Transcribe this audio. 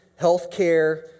healthcare